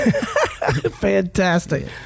Fantastic